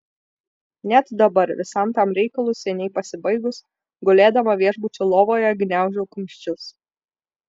net dabar visam tam reikalui seniai pasibaigus gulėdama viešbučio lovoje gniaužau kumščius